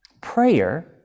Prayer